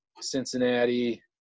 Cincinnati